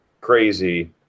crazy